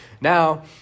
Now